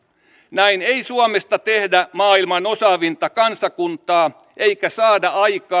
näin ei suomesta tehdä maailman osaavinta kansakuntaa eikä saada aikaan